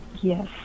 Yes